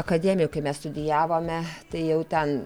akademikai mes studijavome tai jau ten